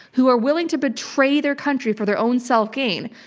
who are willing to betray their country for their own self gain,